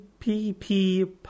pp